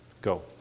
Go